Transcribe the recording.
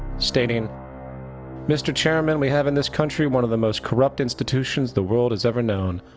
stating mr. chairman, we have in this country one of the most corrupt instituitons the world has ever known.